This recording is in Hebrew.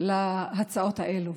להצעות האלה.